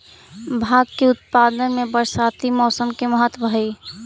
भाँग के उत्पादन में बरसाती मौसम के महत्त्व हई